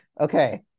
okay